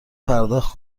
پرداخت